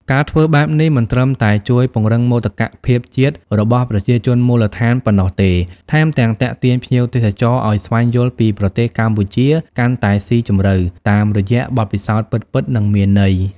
ការធ្វើបែបនេះមិនត្រឹមតែជួយ ពង្រឹងមោទកភាពជាតិ របស់ប្រជាជនមូលដ្ឋានប៉ុណ្ណោះទេ ថែមទាំង ទាក់ទាញភ្ញៀវទេសចរឲ្យស្វែងយល់ពីប្រទេសកម្ពុជាកាន់តែស៊ីជម្រៅ តាមរយៈបទពិសោធន៍ពិតៗ និងមានន័យ។